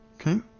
Okay